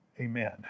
Amen